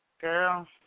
Girl